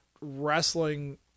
wrestling